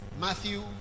matthew